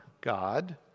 God